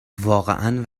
واقعا